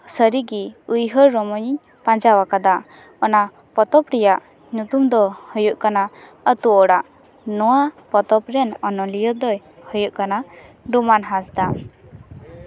ᱥᱟᱹᱨᱤᱜᱮ ᱩᱭᱦᱟᱹᱨ ᱨᱚᱢᱚᱭᱤᱧ ᱯᱟᱸᱡᱟ ᱟᱠᱟᱫᱟ ᱚᱱᱟ ᱯᱚᱛᱚᱵ ᱨᱮᱭᱟᱜ ᱧᱩᱛᱩᱢ ᱫᱚ ᱦᱩᱭᱩᱜ ᱠᱟᱱᱟ ᱟᱛᱳ ᱚᱲᱟᱜ ᱱᱚᱣᱟ ᱯᱚᱛᱚᱵ ᱨᱮᱱ ᱚᱱᱚᱞᱤᱭᱟᱹ ᱫᱚᱭ ᱦᱳᱭᱳᱜ ᱠᱟᱱᱟ ᱰᱚᱢᱟᱱ ᱦᱟᱸᱥᱫᱟ